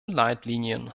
leitlinien